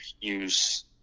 use